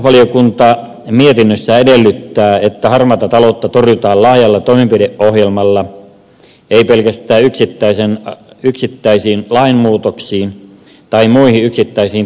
tarkastusvaliokunta mietinnössään edellyttää että harmaata taloutta torjutaan laajalla toimenpideohjelmalla ei pelkästään yksittäisiin lainmuutoksiin tai muihin yksittäisiin toimiin keskittyen